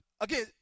again